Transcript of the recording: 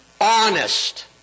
honest